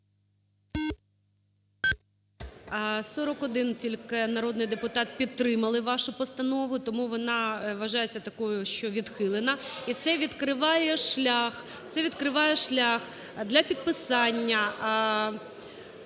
41 тільки народний депутат підтримали вашу постанову, тому вона вважається такою, що відхилена. І це відкриває шлях, це відкриває